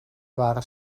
waren